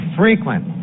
frequent